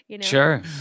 Sure